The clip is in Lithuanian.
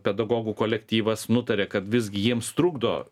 pedagogų kolektyvas nutarė kad visgi jiems trukdo